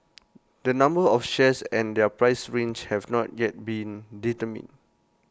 the number of shares and their price range have not yet been determined